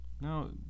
No